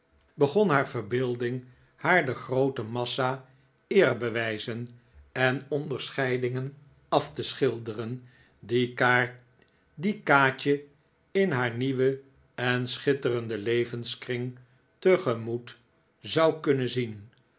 begon haar verbeelding haar de groote massa eerbewijzen en onderscheidingen af te schilderen die kaatje in haar nieuwen en schitterenden levenskring tegemoet zou kunnen zien